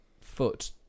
foot